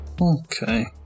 Okay